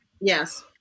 yes